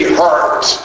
hurt